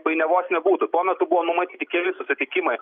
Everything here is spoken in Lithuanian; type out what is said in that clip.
painiavos nebūtų tuo metu buvo numatyti keli susitikimai